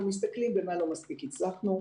אנחנו מסתכלים במה לא מספיק הצלחנו,